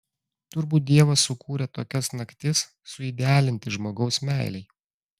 turbūt dievas sukūrė tokias naktis suidealinti žmogaus meilei